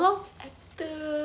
actor